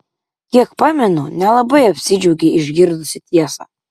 kiek pamenu nelabai apsidžiaugei išgirdusi tiesą